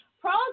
pros